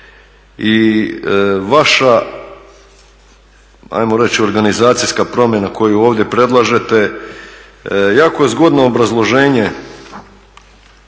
i vaša, ajmo reći, organizacijska promjena koju ovdje predlažete jako zgodno obrazloženje